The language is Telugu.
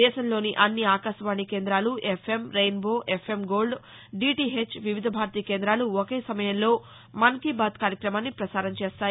దేశంలోని అన్ని ఆకాశవాణి కేంద్రాలు FM rainbow FM gold DTH Vividh Bharati కేందాలు ఒకే సమయంలో మన్ కీ బాత్ కార్యక్రమాన్ని పసారం చేస్తాయి